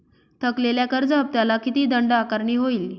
थकलेल्या कर्ज हफ्त्याला किती दंड आकारणी होईल?